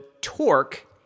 torque